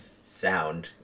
sound